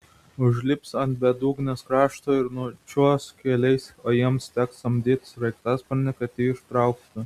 užlips ant bedugnės krašto ir nučiuoš keliais o jiems teks samdyti sraigtasparnį kad jį ištrauktų